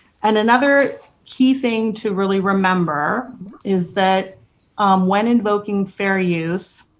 and another key thing to really remember is that when invoking fair use,